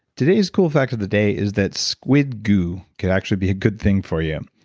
today's cool fact of the day is that squid goo could actually be a good thing for you.